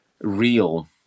real